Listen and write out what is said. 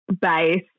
base